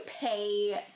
pay